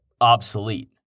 obsolete